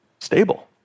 Stable